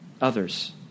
others